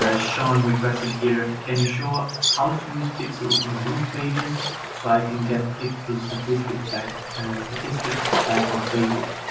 ah sean requested here, can you show ah how to use pixels on groove pages so i can get click through statistics back statistics back on facebook?